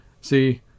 see